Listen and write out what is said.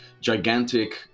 gigantic